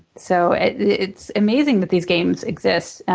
so and it's amazing that these games exist.